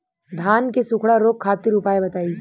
धान के सुखड़ा रोग खातिर उपाय बताई?